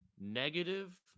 negative